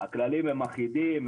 הכללים הם אחידים,